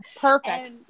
Perfect